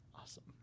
Awesome